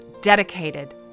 dedicated